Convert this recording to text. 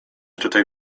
tutaj